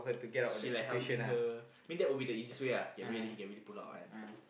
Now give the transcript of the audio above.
she like helping her I mean that would be the easiest way ah he can really he can really pull out one